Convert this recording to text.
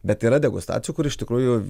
bet yra degustacijų kur iš tikrųjų